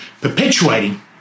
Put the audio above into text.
perpetuating